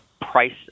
price